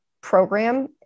program